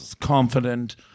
confident